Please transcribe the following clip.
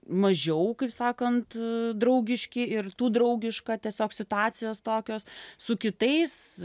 mažiau kaip sakant draugiški ir tu draugiška tiesiog situacijos tokios su kitais